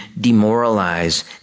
demoralize